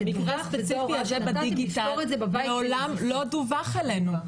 המקרה הספציפי הזה בדיגיטל מעולם לא דווח אלינו,